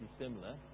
similar